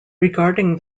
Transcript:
regarding